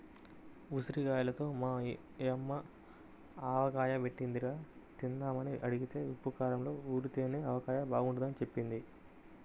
ఉసిరిగాయలతో మా యమ్మ ఆవకాయ బెట్టిందిరా, తిందామని అడిగితే ఉప్పూ కారంలో ఊరితేనే ఆవకాయ బాగుంటదని జెప్పింది